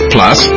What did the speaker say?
Plus